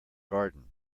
garden